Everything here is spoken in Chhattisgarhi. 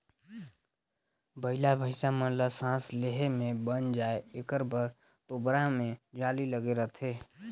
बइला भइसा मन ल सास लेहे ले बइन जाय एकर बर तोबरा मे जाली लगे रहथे